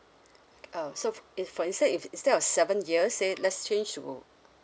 uh so if for instead if instead of seven years so it less change to